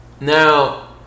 now